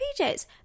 PJs